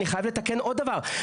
אני חייב לתקן עוד דבר,